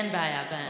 אין בעיה.